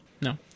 No